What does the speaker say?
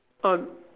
oh